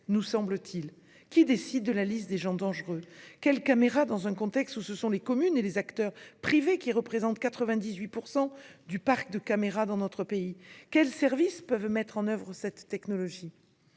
non l'inverse : qui décide de la liste des gens dangereux ? Quelles caméras dans un contexte où les communes et les acteurs privés disposent de 98 % du parc dans notre pays ? Quels services peuvent mettre en oeuvre cette technologie ?